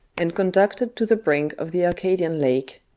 and conducted to the brink of the arcadian lake.